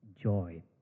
joy